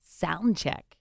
soundcheck